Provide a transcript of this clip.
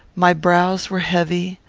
my brows were heavy,